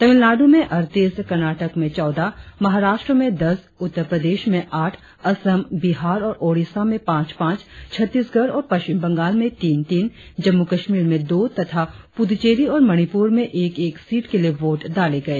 तमिलनाडु में अड़तीस कर्नाटक में चौदह महाराष्ट्र में दस उत्तर प्रदेश में आठ असम बिहार और ओडिसा में पांच पांच छत्तीसगढ़ और पश्चिम बंगाल में तीन तीन जम्मू कश्मीर में दो तथा पूद्दचेरी और मणिपुर में एक एक सीट के लिए वोट डाले गए